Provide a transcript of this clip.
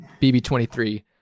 BB23